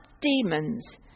demons